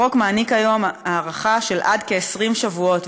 החוק מעניק היום הארכה לעד כ-20 שבועות,